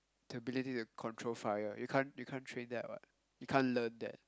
the ability to control fire you can't you can't train that what you can't learn that